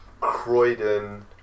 Croydon